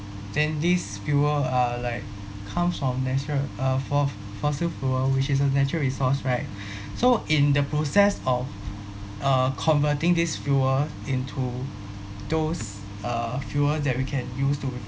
then this fuel are like comes from natural uh fo~ fossil fuel which is a natural resource right so in the process of uh converting this fuel into those uh fuel that we can use to